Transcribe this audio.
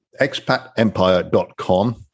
expatempire.com